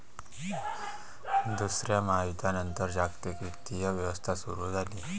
दुसऱ्या महायुद्धानंतर जागतिक वित्तीय व्यवस्था सुरू झाली